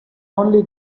only